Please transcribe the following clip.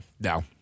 no